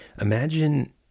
imagine